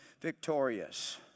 victorious